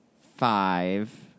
Five